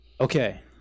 okay